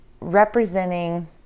representing